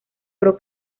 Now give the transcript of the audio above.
pro